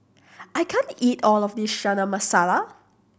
I can't eat all of this Chana Masala